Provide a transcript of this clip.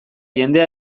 jendea